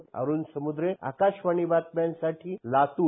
अरूण समुद्रे आकाशवाणी बातम्यांसाठी लातूर